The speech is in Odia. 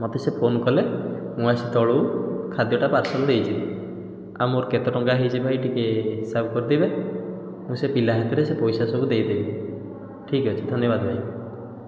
ମୋତେ ସେ ଫୋନ୍ କଲେ ମୁଁ ଆସି ତଳୁ ଖାଦ୍ୟଟା ପାର୍ସଲ ନେଇଯିବି ଆଉ ମୋର କେତେ ଟଙ୍କା ହେଇଛି ଭାଇ ଟିକିଏ ହିସାବ କରିଦେବେ ମୁଁ ସେ ପିଲା ହାତରେ ସେ ପଇସା ସବୁ ଦେଇଦେବି ଠିକ ଅଛି ଧନ୍ୟବାଦ ଭାଇ